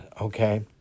okay